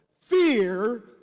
fear